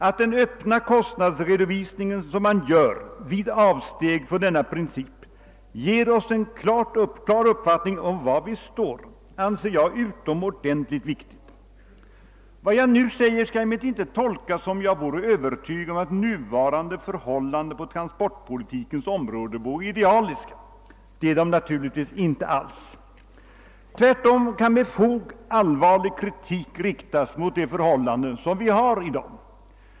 Att den öppna kostnadsredovisning som man gör vid avsteg från denna princip ger oss en klar uppfattning om var vi står, anser jag vara utomordentligt viktigt. Vad jag nu sagt skall emellertid inte tolkas som om jag är övertygad om att nuvarande förhållanden på transportpolitikens område är idealiska. Det är de naturligtvis inte alls. Tvärtom kan med fog allvarlig kritik riktas mot de förhållanden som vi i dag har.